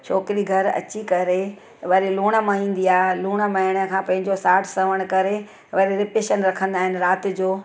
छोकरी घर अची करे वरी लूण मायिंदी आ लूण माइण खां पोइ पंहिंजो साठु सॻण करे वरी रिसेप्शन रखंदा आहिनि राति जो